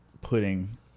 putting